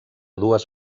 dues